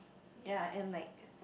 ya and like